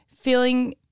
feeling